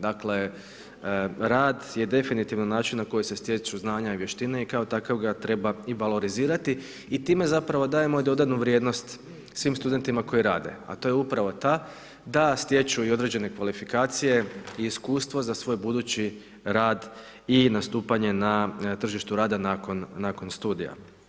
Dakle, rad je definitivno način na koji se stječu znanja i vještine i kao takav ga treba i valorizirati i time zapravo dajemo i dodanu vrijednost svim studentima koji rade, a to je upravo ta da stječu i određene kvalifikacije i iskustvo za svoj budući rad i nastupanje na tržištu rada nakon studija.